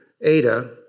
Ada